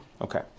Okay